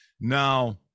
Now